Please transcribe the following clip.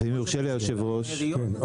שיקשיבו לעיריות.